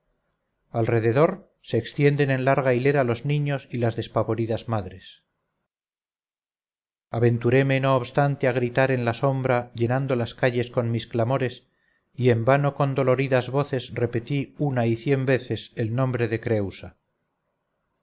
cautivos alrededor se extienden en larga hilera los niños y las despavoridas madres aventureme no obstante a gritar en la sombra llenando las calles con mis clamores y en vano con doloridas voces repetí una y cien veces el nombre de creúsa